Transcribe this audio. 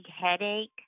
headache